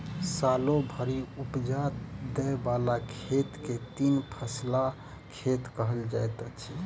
सालो भरि उपजा दय बला खेत के तीन फसिला खेत कहल जाइत अछि